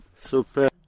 Super